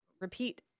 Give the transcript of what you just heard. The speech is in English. repeat